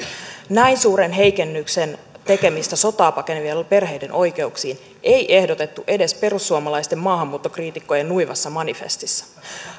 näin suuren heikennyksen tekemistä sotaa pakenevien perheiden oikeuksiin ei ehdotettu edes perussuomalaisten maahanmuuttokriitikkojen nuivassa manifestissa